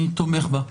אני תומך בה.